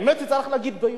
האמת היא שצריך להגיד ביושר: